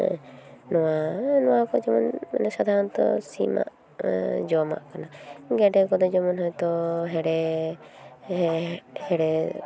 ᱱᱚᱣᱟ ᱱᱚᱣᱟ ᱡᱮᱢᱚᱱ ᱥᱟᱫᱷᱟᱨᱚᱱᱚᱛᱚ ᱥᱤᱢ ᱟᱜ ᱡᱚᱢᱟᱜ ᱠᱟᱱᱟ ᱜᱮᱰᱮ ᱠᱚᱫᱚ ᱡᱮᱢᱚᱱ ᱦᱚᱭᱛᱚ ᱦᱮᱲᱮ ᱦᱮᱦᱮ ᱦᱮᱲᱮ